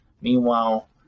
Meanwhile